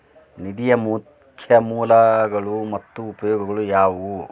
ನಿಧಿಯ ಮುಖ್ಯ ಮೂಲಗಳು ಮತ್ತ ಉಪಯೋಗಗಳು ಯಾವವ್ಯಾವು?